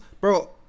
bro